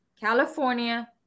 California